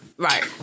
Right